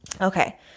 Okay